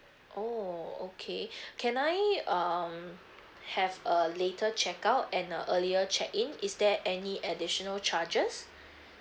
oh okay can I um have a later check out and a earlier check in is there any additional charges